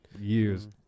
years